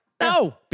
No